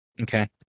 Okay